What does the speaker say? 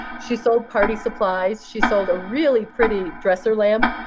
she sold party supplies. she sold a really pretty dresser lamp.